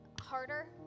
harder